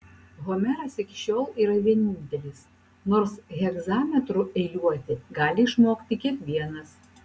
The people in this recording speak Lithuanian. homeras iki šiol yra vienintelis nors hegzametru eiliuoti gali išmokti kiekvienas